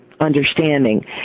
understanding